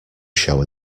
show